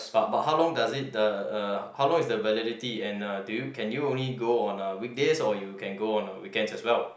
but but how long does it uh how long is the validity and uh do you can you only go on weekdays or you can go on weekend as well